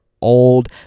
old